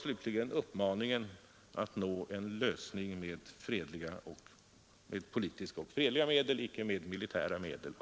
Slutligen var det en uppmaning att nå en lösning på denna konflikt med politiska och fredliga medel — icke med militära medel.